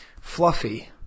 Fluffy